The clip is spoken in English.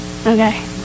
Okay